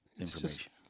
information